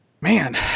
Man